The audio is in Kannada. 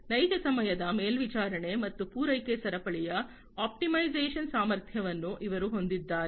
ನೈಜ ಸಮಯದ ಮೇಲ್ವಿಚಾರಣೆ ಮತ್ತು ಪೂರೈಕೆ ಸರಪಳಿಯ ಆಪ್ಟಿಮೈಸೇಶನ್ ಸಾಮರ್ಥ್ಯವನ್ನು ಅವರು ಹೊಂದಿದ್ದಾರೆ